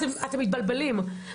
אתם מתבלבלים,